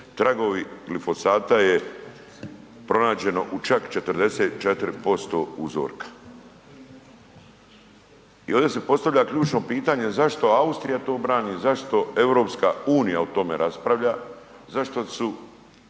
tragovi glifosata je pronađeno u čak 44% uzorka. I ovdje se postavlja ključno pitanje zašto Austrija to brani, zašto EU o tome raspravlja, zašto su,